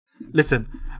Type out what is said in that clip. Listen